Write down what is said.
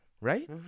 Right